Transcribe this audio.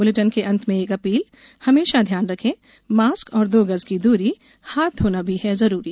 इस बुलेटिन के अंत मे एक अपील हमेशा ध्यान रखे मास्क और दो गज की दूरी हाथ धोना भी है जरूरी